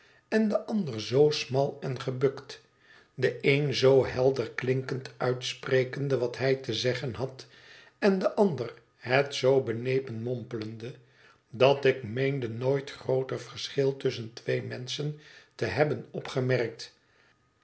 en de ander zoo smal en gebukt de een zoo helder klinkend uitsprekende wat hij te zeggen had en de ander het zoo benepen mompelende dat ik meende nooit grooter verschil tusschen twee menschen te hebben opgemerkt